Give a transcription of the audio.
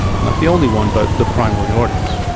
not the only one, but the primary audience.